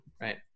right